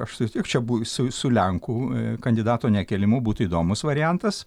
aš sutik čia bu su su lenkų kandidato nekėlimu būtų įdomus variantas